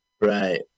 Right